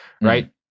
Right